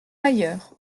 ailleurs